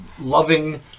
loving